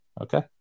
Okay